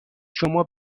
شما